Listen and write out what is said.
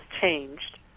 changed